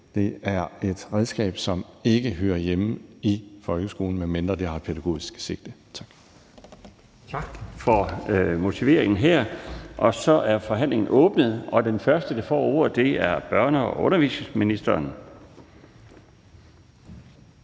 Det er et redskab, som ikke hører hjemme i folkeskolen, medmindre det har et pædagogisk sigte. Tak. Kl. 18:09 Den fg. formand (Bjarne Laustsen): Tak for begrundelsen. Så er forhandlingen åbnet, og den første, der får ordet, er børne- og undervisningsministeren.